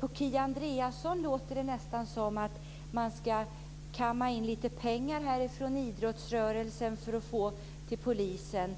På Kia Andreasson låter det nästan som att man ska kamma in lite pengar från idrottsrörelsen till polisen.